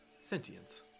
sentience